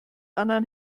anderen